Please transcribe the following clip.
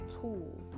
tools